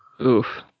oof